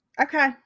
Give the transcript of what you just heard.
Okay